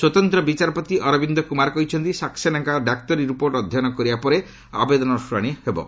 ସ୍ପତନ୍ତ୍ର ବିଚାରପତି ଅରବିନ୍ଦ କୁମାର କହିଛନ୍ତି ସକ୍ସେନାଙ୍କ ଡାକ୍ତରୀ ରିପୋର୍ଟ ଅଧ୍ୟୟନ କରିବା ପରେ ଆବେଦନର ଶୁଣାଣି କରିବେ